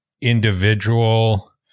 individual